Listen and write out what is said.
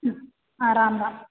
आ राम राम